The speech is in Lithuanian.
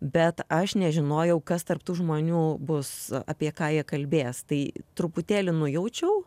bet aš nežinojau kas tarp tų žmonių bus apie ką jie kalbės tai truputėlį nujaučiau